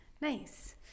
nice